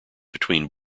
between